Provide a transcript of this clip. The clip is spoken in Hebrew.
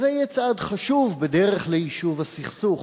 וזה יהיה צעד חשוב בדרך ליישוב הסכסוך,